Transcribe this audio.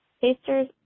Tasters